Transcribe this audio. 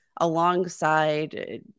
alongside